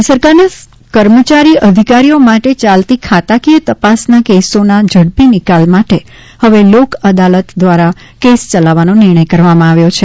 રાજ્ય સરકારના કર્મચારી અધિકારીઓ માટે યાલતી ખાતાકીય તપાસના કેસોના ઝડપી નિકાલ માટે હવે લોક અદાલત દ્વારા કેસ યલાવવાનો નિર્ણય કરવામાં આવ્યો છે